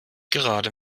gerade